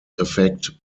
effect